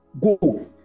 go